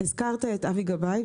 הזכרת את אבי גבאי,